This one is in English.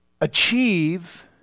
achieve